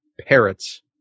Parrots